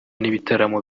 n’ibitaramo